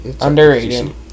underrated